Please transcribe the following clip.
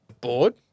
board